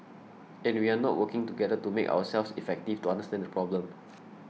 and we are not working together to make ourselves effective to understand the problem